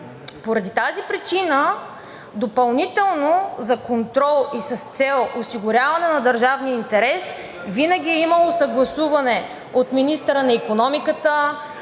Поради тази причина допълнително за контрол и с цел осигуряване на държавния интерес винаги е имало съгласуване от министъра на икономиката,